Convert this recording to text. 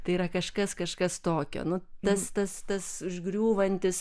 tai yra kažkas kažkas tokio nu tas tas tas užgriūvantis